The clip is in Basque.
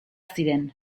ziren